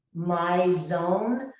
my zone.